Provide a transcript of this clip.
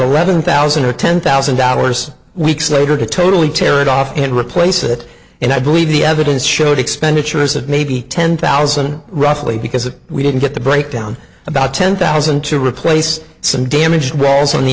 eleven thousand or ten thousand hours weeks later to totally tear it off and replace it and i believe the evidence showed expenditures of maybe ten thousand roughly because if we didn't get the breakdown about ten thousand to replace some damaged walls on the